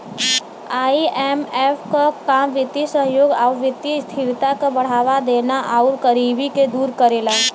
IMF क काम वित्तीय सहयोग आउर वित्तीय स्थिरता क बढ़ावा देला आउर गरीबी के दूर करेला